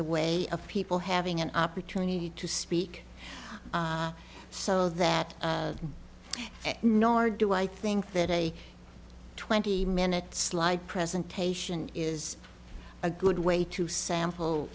the way of people having an opportunity to speak so that nor do i think that a twenty minute slide presentation is a good way to sample